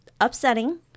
upsetting